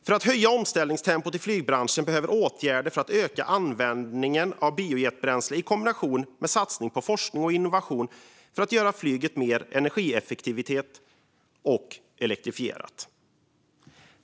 För att höja omställningstempot i flygbranschen behövs åtgärder för att öka användningen av biojetbränsle i kombination med en satsning på forskning och innovation för att göra flyget mer energieffektivt och elektrifierat.